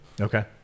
Okay